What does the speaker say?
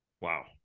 Wow